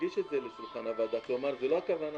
נגיש את זה לשולחן הוועדה, כלומר לא הכוונה